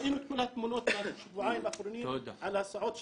ראינו את כל התמונות בשבועיים האחרונים על ההסעות שם.